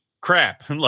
crap